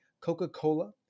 Coca-Cola